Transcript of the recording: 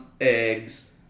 eggs